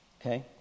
Okay